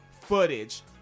footage